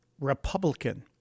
Republican